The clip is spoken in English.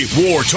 war